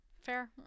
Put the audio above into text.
fair